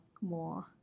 more